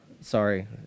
sorry